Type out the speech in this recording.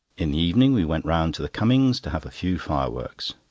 in the evening we went round to the cummings', to have a few fireworks.